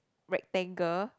rectangle